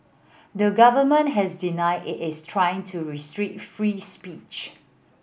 the government has denied it is trying to restrict free speech